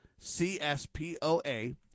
CSPOA